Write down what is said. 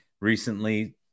recently